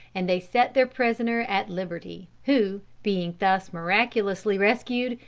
and they set their prisoner at liberty, who, being thus miraculously rescued,